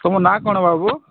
ତୁମ ନାଁ କ'ଣ ବାବୁ